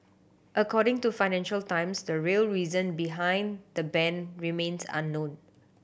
according to Financial Times the real reason behind the ban remains unknown